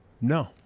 No